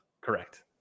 Correct